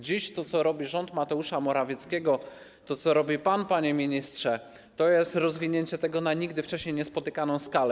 Dziś to, co robi rząd Mateusza Morawieckiego, to, co robi pan, panie ministrze, to jest rozwinięcie tego działania na nigdy wcześniej niespotykaną skalę.